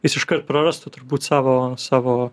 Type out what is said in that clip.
jis iškart prarastų turbūt savo savo